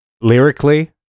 lyrically